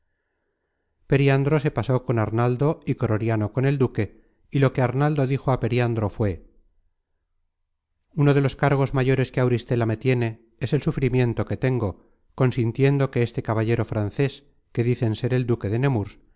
periandro se pasó con arnaldo y croriano con el duque y lo que arnaldo dijo á periandro fué uno de los cargos mayores que auristela me tiene es el sufrimiento que tengo consintiendo que este caballero frances que dicen ser el duque de nemurs